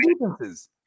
defenses